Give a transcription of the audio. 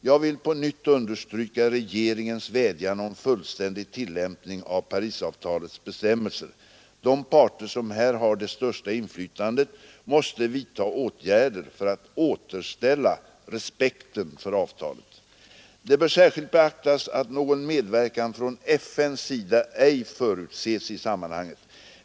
Jag vill på nytt understryka regeringens vädjan om fullständig tillämpning av Parisavtalets bestämmelser. De parter som här har det största inflytandet måste vidta åtgärder för att återställa respekten för avtalet. Det bör särskilt beaktas att någon medverkan från FN:s sida ej förutses i sammanhanget.